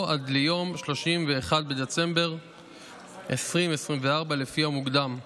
או עד ליום 31 בדצמבר 2024, לפי המוקדם.